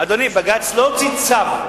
אדוני, בג"ץ לא הוציא צו.